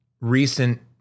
recent